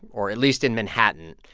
or at least in manhattan,